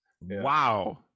Wow